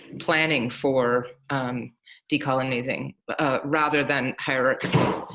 planning for decolonizing but ah rather than hierarchical.